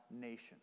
nation